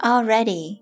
Already